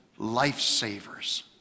Lifesavers